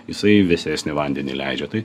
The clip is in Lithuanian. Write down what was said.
jisai vėsesnį vandenį leidžia tai